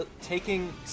taking